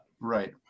Right